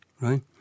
Right